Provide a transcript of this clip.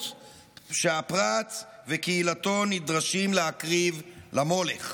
שהפרט וקהילתו נדרשים להקריב למולך.